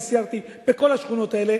וסיירתי בכל השכונות האלה.